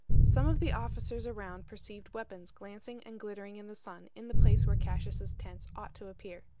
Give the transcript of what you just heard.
some of the officers around perceived weapons glancing and glittering in the sun in the place where cassius's tents ought to appear.